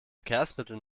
verkehrsmitteln